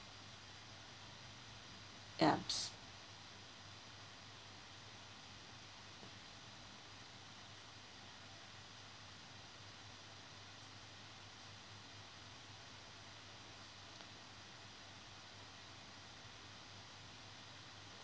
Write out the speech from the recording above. yup